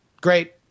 great